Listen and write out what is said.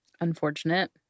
unfortunate